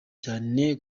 cyane